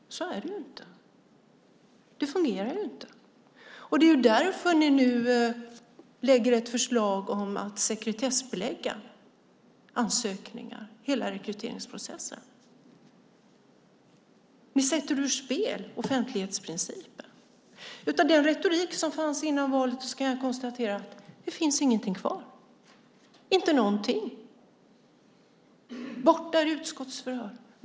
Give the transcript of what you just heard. Så är det inte. Det fungerar inte. Det är därför ni nu lägger fram ett förslag om att sekretessbelägga ansökningar och hela rekryteringsprocessen. Ni sätter offentlighetsprincipen ur spel. Jag kan konstatera att av den retorik som fanns innan valet finns ingenting kvar. Inte någonting. Borta är utskottsförhör.